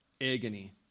agony